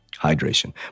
hydration